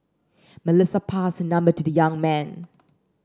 Melissa passed her number to the young man